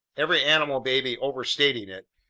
every animal may be overstating it,